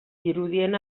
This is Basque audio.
zirudien